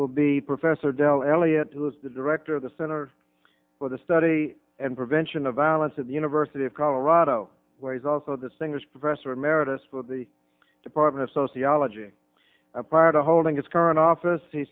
will be professor del elliot was the director of the center for the study and prevention of violence at the university of colorado where he's also the singer's professor emeritus with the department of sociology prior to holding its current office he